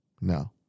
No